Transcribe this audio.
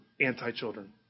anti-children